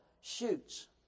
shoots